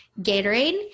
Gatorade